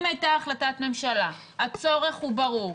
אם הייתה החלטת ממשלה, הצורך הוא ברור.